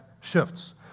shifts